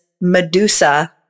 Medusa